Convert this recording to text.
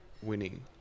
winning